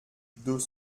deux